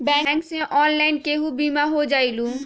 Bank से online केहु बिमा हो जाईलु?